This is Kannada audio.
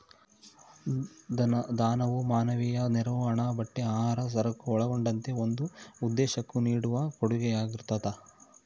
ದಾನವು ಮಾನವೀಯ ನೆರವು ಹಣ ಬಟ್ಟೆ ಆಹಾರ ಸರಕು ಒಳಗೊಂಡಂತೆ ಒಂದು ಉದ್ದೇಶುಕ್ಕ ನೀಡುವ ಕೊಡುಗೆಯಾಗಿರ್ತದ